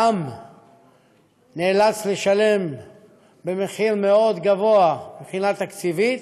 גם נאלץ לשלם מחיר מאוד גבוה מבחינה תקציבית,